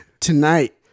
Tonight